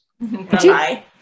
Bye